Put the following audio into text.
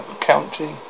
county